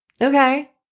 Okay